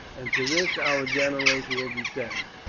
and to this our generals will descend.